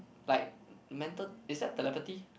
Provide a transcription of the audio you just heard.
like mental is that telepathy